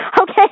Okay